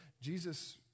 Jesus